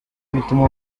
bituma